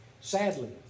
Sadly